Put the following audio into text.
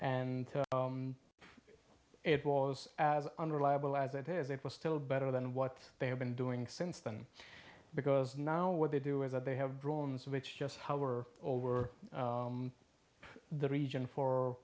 and it was as unreliable as it is it was still better than what they have been doing since then because now what they do is that they have drones which just how were over the region for